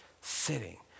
sitting